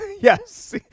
Yes